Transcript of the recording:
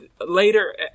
later